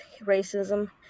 racism